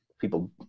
people